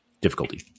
difficulty